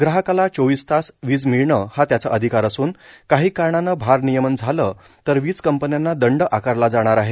ग्राहकाला चोवीस तास वीज मिळणं हा त्याचा अधिकार असून काही कारणानं भारनियमन झालं तर वीज कंपन्यांना दंड आकारला जाणार आहे